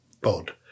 bod